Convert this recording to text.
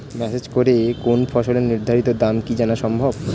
Message করে কোন ফসলের নির্ধারিত দাম কি জানা সম্ভব?